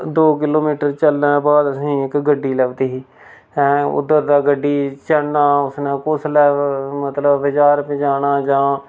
दो किलोमीटर चलने दे बाद असें गी इक गड्डी लब्भदी ही हैं उद्धर दा गड्डी च चढ़ना उसने कुसलै मतलब बजार पजाना जां